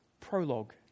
prologue